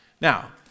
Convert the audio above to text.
Now